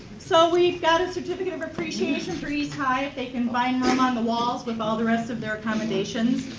so, we've got a certificate of appreciation for east high. they can find them on the walls with all the rest of their accommodations.